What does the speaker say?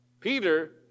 Peter